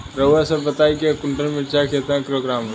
रउआ सभ बताई एक कुन्टल मिर्चा क किलोग्राम होला?